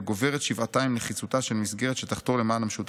וגוברת שבעתיים נחיצותה של מסגרת שתחתור למען המשותף.